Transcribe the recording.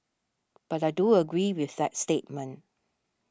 but I do agree with that statement